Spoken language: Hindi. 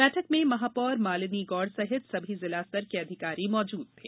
बैठक में महापौर श्रीमती मालिनी गौड़ सहित सभी जिला स्तर के अधिकारी मौजूद थे